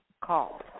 call